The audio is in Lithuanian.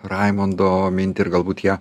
raimondo mintį ir galbūt ją